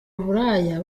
uburaya